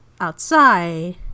outside